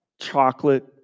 chocolate